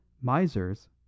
misers